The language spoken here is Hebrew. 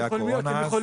הייתה קורונה אז?